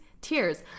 tears